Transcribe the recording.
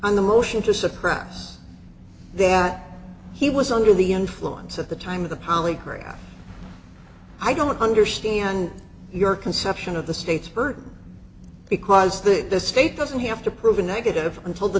on the motion to suppress that he was under the influence at the time of the polygraph i don't understand your conception of the state's burden because the state doesn't have to prove a negative until the